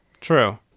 True